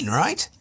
right